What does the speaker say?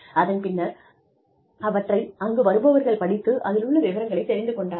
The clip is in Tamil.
அதன் பின்னர் அவற்றை அங்கு வருபவர்கள் படித்து அதிலுள்ள விவரங்களைத் தெரிந்து கொண்டார்கள்